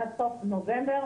עד סוף נובמבר,